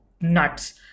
nuts